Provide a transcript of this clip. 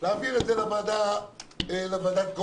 את זה לוועדת הקורונה.